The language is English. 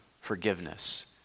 forgiveness